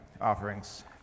offerings